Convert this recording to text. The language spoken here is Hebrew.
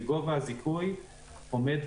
וגובה הזיכוי עומד,